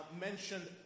Mentioned